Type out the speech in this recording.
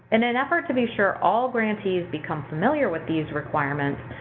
in an effort to be sure all grantees become familiar with these requirements,